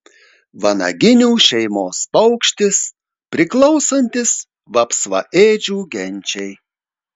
vanaginių šeimos paukštis priklausantis vapsvaėdžių genčiai